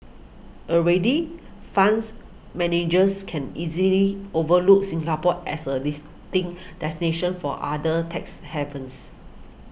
already fans managers can easily overlook Singapore as a listing destination for other tax havens